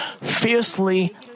fiercely